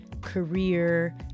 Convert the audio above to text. career